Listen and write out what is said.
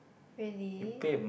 really